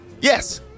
Yes